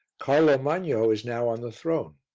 carlo magno is now on the throne.